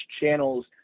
channels